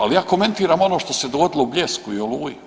Ali ja komentiram ono što se dogodilo u Bljesku i Oluji.